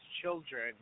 children